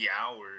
hours